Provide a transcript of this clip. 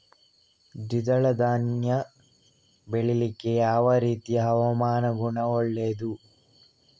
ದ್ವಿದಳ ಧಾನ್ಯ ಬೆಳೀಲಿಕ್ಕೆ ಯಾವ ರೀತಿಯ ಹವಾಗುಣ ಒಳ್ಳೆದು?